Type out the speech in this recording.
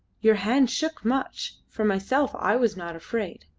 your hand shook much for myself i was not afraid.